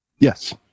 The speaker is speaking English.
Yes